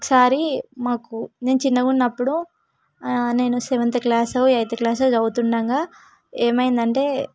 ఒకసారి మాకు నేను చిన్నగా ఉన్నపుడు నేను సెవెంత్ క్లాసో ఎయిత్ క్లాసో చదువుతుండగా ఏమైందంటే